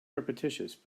repetitious